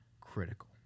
critical